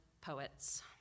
Poets